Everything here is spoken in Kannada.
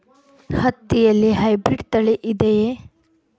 ಹತ್ತಿಯಲ್ಲಿ ಹೈಬ್ರಿಡ್ ತಳಿ ಇದೆಯೇ?